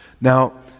Now